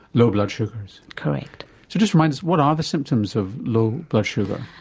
low blood sugars? correct. so just remind us what are the symptoms of low blood sugar?